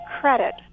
credit